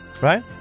right